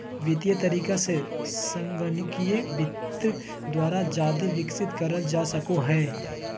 वित्तीय तरीका से संगणकीय वित्त द्वारा जादे विकसित करल जा सको हय